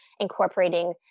incorporating